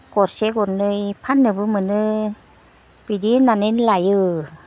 गरसे गरनै फाननोबो मोनो बिदि होननानैनो लायो